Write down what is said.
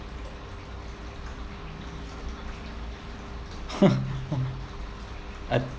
I